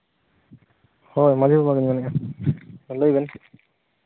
ᱦᱳᱭ ᱢᱟᱹᱡᱷᱤ ᱵᱟᱵᱟ ᱞᱤᱧ ᱢᱮᱱ ᱮᱜᱼᱟ ᱞᱟᱹᱭ ᱵᱮᱱ